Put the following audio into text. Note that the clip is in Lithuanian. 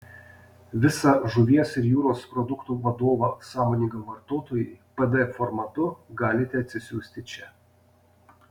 visą žuvies ir jūros produktų vadovą sąmoningam vartotojui pdf formatu galite atsisiųsti čia